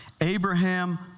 Abraham